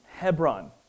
Hebron